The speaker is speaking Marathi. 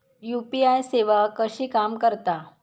यू.पी.आय सेवा कशी काम करता?